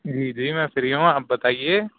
جی جی میں فری ہوں آپ بتائیے